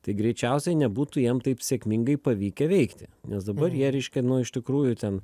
tai greičiausiai nebūtų jiem taip sėkmingai pavykę veikti nes dabar jie reiškia nu iš tikrųjų ten